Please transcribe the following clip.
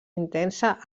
intensa